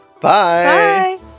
Bye